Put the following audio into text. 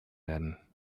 werden